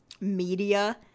media